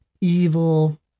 evil